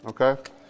Okay